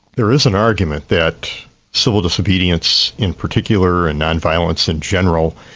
there is an argument that civil disobedience in particular, and non-violence in general,